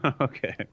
okay